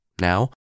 Now